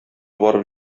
барып